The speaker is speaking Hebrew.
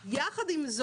זה עבירה פלילית.